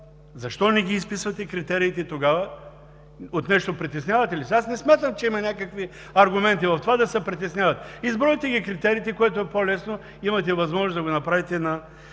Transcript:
Защо не ги изписвате тогава критериите? От нещо притеснявате ли се? Аз не смятам, че има някакви аргументи в това да се притеснявате. Избройте критериите, което е по-лесно, имате възможност да го направите на